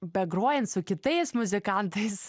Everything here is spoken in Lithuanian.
begrojant su kitais muzikantais